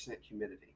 humidity